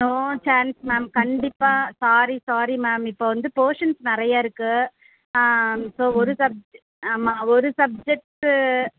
no chance ma'am கண்டிப்பாக sorry sorry ma'am இப்போ வந்து போஷன்ஸ் நிறைய இருக்குது ஸோ ஒரு சப்ஜட் ஆமாம் ஒரு சப்ஜட்டு